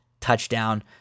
touchdown